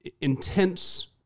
intense